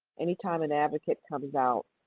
anytime an advocate comes out,